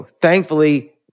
thankfully